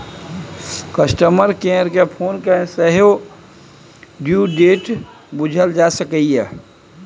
customer care केँ phone कए सेहो ड्यु डेट बुझल जा सकैए